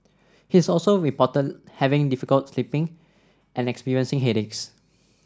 he's also reported having difficulty sleeping and experiencing headaches